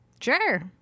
Sure